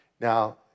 Now